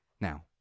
Now